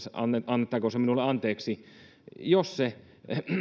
annettakoon se minulle anteeksi eli